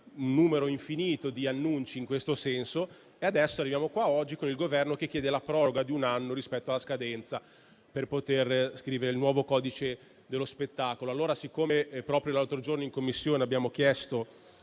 un numero infinito di annunci in questo senso e arriviamo qui oggi con il Governo che chiede la proroga di un anno rispetto alla scadenza per poter scrivere il nuovo codice dello spettacolo. Siccome proprio l'altro giorno in Commissione lo abbiamo chiesto